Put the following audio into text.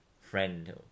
friend